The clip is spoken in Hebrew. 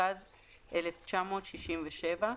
התשכ"ז 1967‏,